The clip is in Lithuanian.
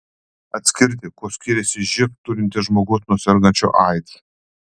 atskirti kuo skiriasi živ turintis žmogus nuo sergančio aids